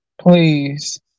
Please